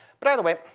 but either way.